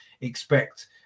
expect